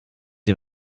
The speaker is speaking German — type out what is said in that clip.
ihr